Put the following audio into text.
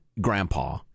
grandpa